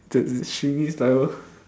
the cheesy saliva